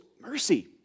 mercy